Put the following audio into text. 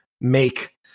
make